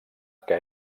que